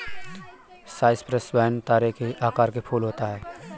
Cyprus vine तारे के आकार के फूल होता है